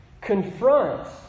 confronts